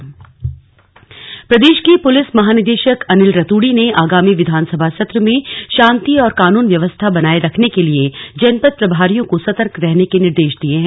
slug Anil Raturi प्रदेश के police महानिदेशक अनिल रतूड़ी ने आगामी विधानसभा सत्र में शांति और कानून व्यवस्था बनाये रखने के लिए जनपद प्रभारियों को सतर्क रहने के निर्देश दिये हैं